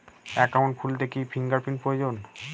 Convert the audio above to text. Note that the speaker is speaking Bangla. একাউন্ট খুলতে কি ফিঙ্গার প্রিন্ট প্রয়োজন?